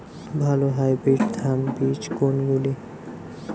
ভালো হাইব্রিড ধান বীজ কোনগুলি?